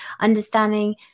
understanding